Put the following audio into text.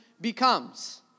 becomes